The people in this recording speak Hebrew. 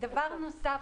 דבר נוסף,